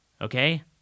Okay